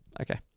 Okay